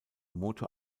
motor